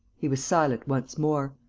he was silent once more.